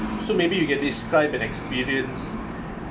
so maybe you can describe an experience